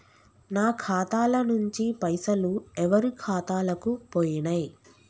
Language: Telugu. నా ఖాతా ల నుంచి పైసలు ఎవరు ఖాతాలకు పోయినయ్?